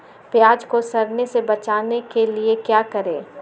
प्याज को सड़ने से बचाने के लिए क्या करें?